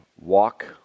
walk